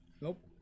Nope